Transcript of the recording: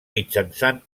mitjançant